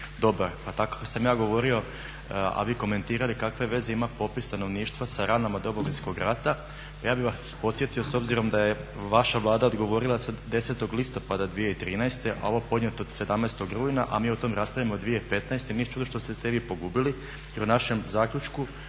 dobar. Pa tako kako sam ja govorio a vi komentirali kakve veze ima popis stanovništva sa ranama Domovinskog rata, ja bih vas podsjetio s obzirom da je vaša Vlada odgovorila 10. listopada 2013. a ovo podnijeto 17. rujna a mi o tome raspravljamo 2015., nije ni čudo što ste se vi pogubili jer u našem zaključku,